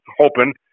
hoping